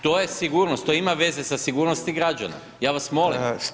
To je sigurnost, to ima veze sa sigurnosti građana, ja vas molim.